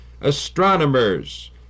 astronomers